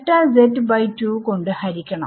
delta z2 കൊണ്ട് ഹരിക്കണം